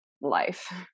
life